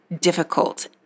difficult